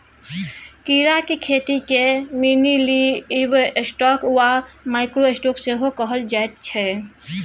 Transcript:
कीड़ाक खेतीकेँ मिनीलिवस्टॉक वा माइक्रो स्टॉक सेहो कहल जाइत छै